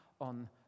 on